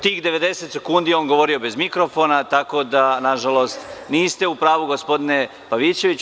Tih 90 sekundi je on govorio bez mikrofona, tako da nažalost niste u pravu, gospodine Pavićeviću.